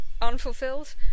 unfulfilled